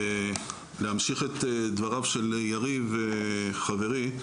להמשיך את דבריו של יריב, חברי.